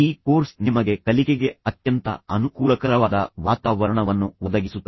ಈ ಕೋರ್ಸ್ ನಿಮಗೆ ಕಲಿಕೆಗೆ ಅತ್ಯಂತ ಅನುಕೂಲಕರವಾದ ವಾತಾವರಣವನ್ನು ಒದಗಿಸುತ್ತದೆ